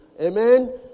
Amen